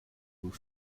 vous